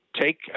take –